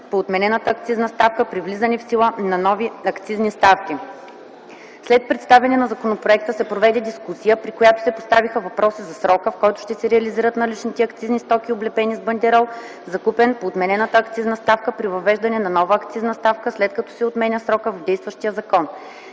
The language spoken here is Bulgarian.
по отменената акцизна ставка, при влизане в сила на нови акцизни ставки. След представяне на законопроекта се проведе дискусия, при която се поставиха въпроси за срока, в който ще се реализират наличните акцизни стоки, облепени с бандерол, закупен по отменената акцизна ставка, при въвеждане на нова акцизна ставка, след като се отменя срокът в действащия закон.